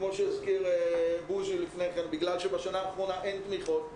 כמו שהזכיר בוז'י לפני כן בגלל שבשנה האחרונה אין תמיכות,